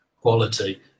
quality